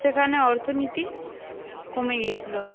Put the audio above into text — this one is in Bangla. সেখানে অর্থনীতি কমে গিয়েছিলো